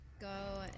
go